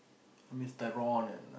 I miss Tyrone and uh